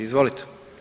Izvolite.